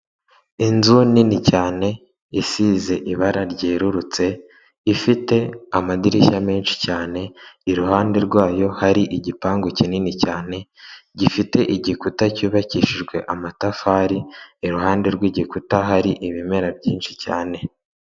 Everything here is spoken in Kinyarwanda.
Inzu nini cyane isize ibara ryerurutse, ifite amadirishya menshi cyane iruhande rwayo hari igipangu kinini cyane, gifite igikuta cyubakishijwe amatafari, iruhande rw'igikuta hari ibimera byinshi cyane.